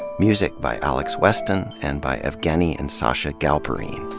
music by alex weston, and by evgueni and sacha galperine.